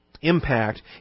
impact